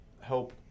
help